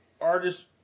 artist